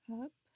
up